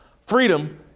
freedom